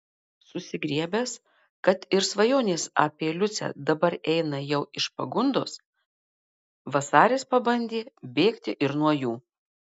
susigriebęs kad ir svajonės apie liucę dabar eina jau iš pagundos vasaris pabandė bėgti ir nuo jų